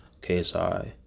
KSI